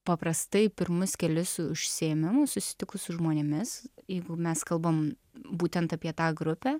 paprastai pirmus kelis užsiėmimus susitikus su žmonėmis jeigu mes kalbam būtent apie tą grupę